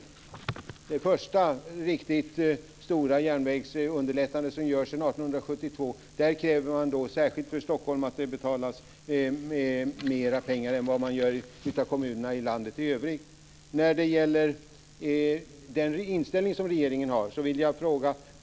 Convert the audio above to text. För det första riktiga stora underlättandet för järnvägen sedan 1872 krävs det särskilt av Stockholm att betala mer pengar än av kommunerna i landet i övrigt.